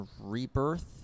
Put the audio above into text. Rebirth